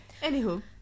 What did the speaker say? anywho